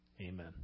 Amen